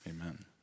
amen